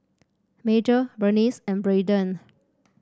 Major Berniece and Brayden